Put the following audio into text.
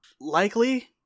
Likely